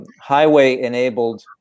highway-enabled